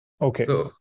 Okay